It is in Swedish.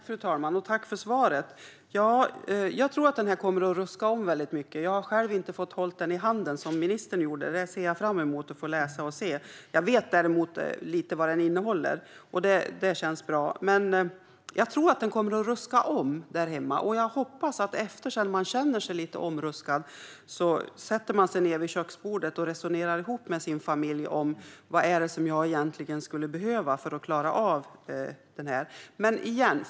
Fru talman! Jag tackar för svaret. Jag tror att broschyren kommer att ruska om. Jag har själv inte fått hålla den i handen, som ministern nu gjorde, men jag ser fram emot att få se och läsa den. Jag vet däremot lite grann om vad den innehåller, och det känns bra. Jag tror att broschyren kommer att ruska om i hemmen. Jag hoppas att man efter det att man har känt sig lite omruskad sätter sig ned vid köksbordet och resonerar med familjen om vad man behöver för att klara sig.